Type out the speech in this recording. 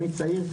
אני צעיר,